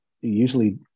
usually